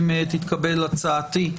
אם תתקבל הצעתי,